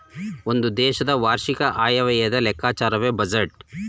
ಒಂದು ದೇಶದ ವಾರ್ಷಿಕ ಆಯವ್ಯಯದ ಲೆಕ್ಕಾಚಾರವೇ ಬಜೆಟ್